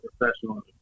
professional